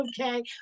okay